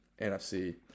NFC